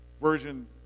version